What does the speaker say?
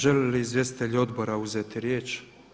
Žele li izvjestitelji odbora uzeti riječ?